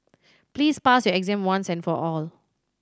please pass your exam once and for all